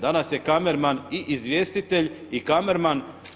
Danas je kamerman i izvjestitelj i kamerman.